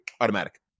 automatic